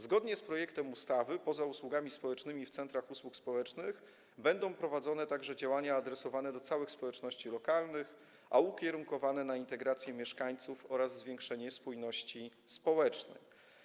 Zgodnie z projektem ustawy poza usługami społecznymi w centrach usług społecznych będą prowadzone także działania adresowane do całych społeczności lokalnych, ukierunkowane na integrację mieszkańców oraz zwiększenie spójności społecznej.